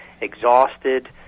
exhausted